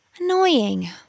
Annoying